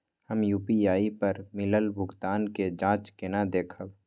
हम यू.पी.आई पर मिलल भुगतान के जाँच केना देखब?